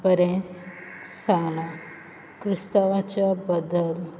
बरें सांगलां क्रिस्तांवांच्या बद्दल